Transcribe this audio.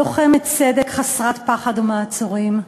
לוחמת צדק חסרת פחד ומעצורים,